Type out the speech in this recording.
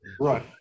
Right